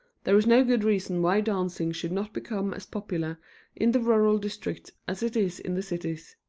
there is no good reason why dancing should not become as popular in the rural districts as it is in the cities.